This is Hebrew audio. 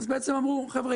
אמרו: חבר'ה,